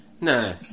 No